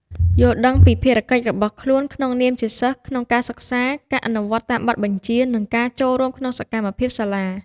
យល់ដឹងពីភារកិច្ចរបស់ខ្លួន ក្នុងនាមជាសិស្សក្នុងការសិក្សា ការអនុវត្តតាមបទបញ្ជា និងការចូលរួមក្នុងសកម្មភាពសាលា។